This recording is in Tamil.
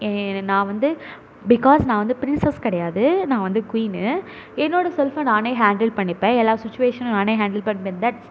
ஏன் நான் வந்து பிக்காஸ் நான் வந்து பிரின்சஸ் கிடையாது நான் வந்து குயினு என்னோடய செல்ஃபை நானே ஹாண்டில் பண்ணிப்பேன் எல்லா சுச்சுவேஷனும் நானே ஹாண்டில் பண்ணுவேன் தட்